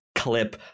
clip